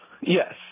Yes